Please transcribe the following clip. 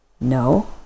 no